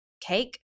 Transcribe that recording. cake